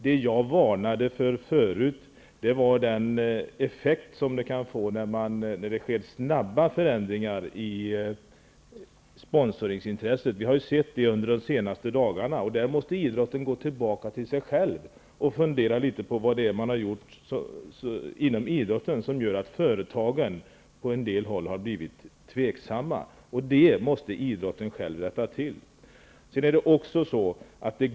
Det jag varnade för förut var den effekt som det kan få när det sker snabba förändringar i sponsringsintresset. Vi har ju sett det under de senaste dagarna. Där måste idrotten gå tillbaka till sig själv och fundera litet på vad det är man har gjort inom idrotten som gör att företagen har blivit tveksamma på en del håll. Det måste idrotten själv rätta till.